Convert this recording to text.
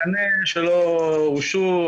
בקנה שלא אושרו,